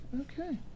okay